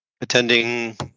attending